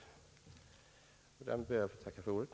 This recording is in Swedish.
Jag ber att få tacka för ordet!